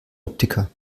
optiker